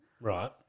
right